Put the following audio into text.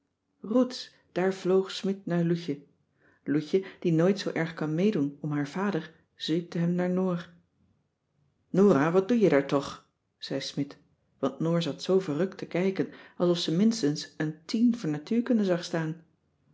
daar vloog smidt naar loutje loutje die nooit zoo erg kan meedoen om haar vader zwiepte hem naar noor nora wat doe je daar toch zei smidt want noor zat zoo verrukt te kijken alsof ze minstens een tien voor natuurkunde zag staan